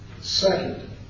Second